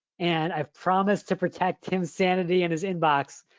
and i promise to protect tim's sanity and his inbox.